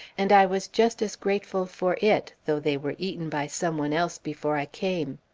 and i was just as grateful for it, though they were eaten by some one else before i came.